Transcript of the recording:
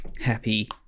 happy